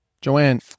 Joanne